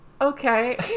Okay